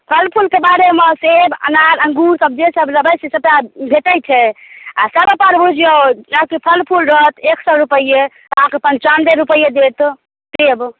फल फूलके बारेमे सेब अनार अंगूरसभ जेसभ लेबै से सभटा भेटै छै आ सभपर बुझियौ जेनाकि फल फूल रहत एक सए रुपैए अहाँके पन्चानबे रुपैए देत सेब